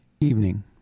evening